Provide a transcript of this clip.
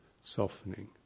softening